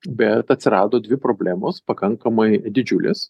bet atsirado dvi problemos pakankamai didžiulės